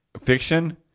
fiction